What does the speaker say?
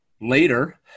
later